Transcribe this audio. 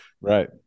Right